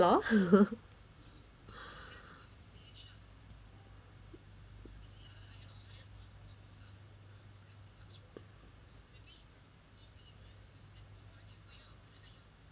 each